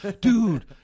dude